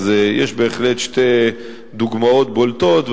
יש בהחלט שתי דוגמאות בולטות,